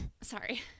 Sorry